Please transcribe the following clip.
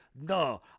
no